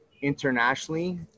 internationally